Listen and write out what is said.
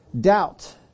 doubt